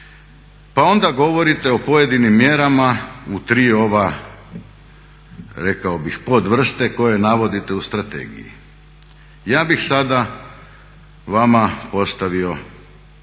pa onda govorite o pojedinim mjerama u tri ova rekao bih podvrste koje navodite u strategiji. Ja bih sada vama postavio